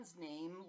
name